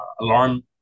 alarm